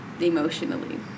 emotionally